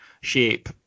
shape